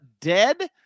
Dead